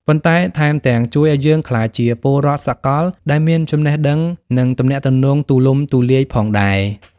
ប៉ុន្តែថែមទាំងជួយឱ្យយើងក្លាយជា ពលរដ្ឋសកល ដែលមានចំណេះដឹង និងទំនាក់ទំនងទូលំទូលាយផងដែរ។